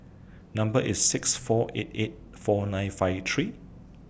Number IS six four eight eight four nine five three